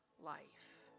life